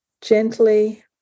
gently